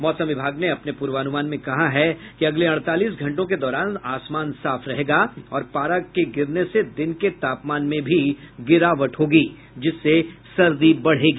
मौसम विभाग ने अपने पूर्वानुमान में कहा है कि अगले अड़तालीस घंटों के दौरान आसमान साफ रहेगा और पारा के गिरने से दिन के तापमान में भी गिरावट होगी जिससे सर्दी बढ़ेगी